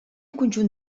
conjunt